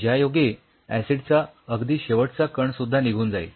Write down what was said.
ज्यायोगे ऍसिड चा अगदी शेवटचा कण सुद्धा निघून जाईल